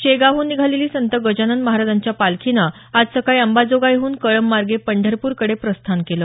शेगावहून निघालेली संत गजानन महाराजांच्या पालखीनं आज सकाळी अंबाजोगाईहून कळंबमार्गे पंढरपूरकडे प्रस्थान केलं